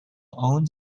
owned